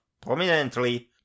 prominently